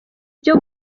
byo